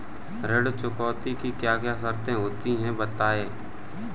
ऋण चुकौती की क्या क्या शर्तें होती हैं बताएँ?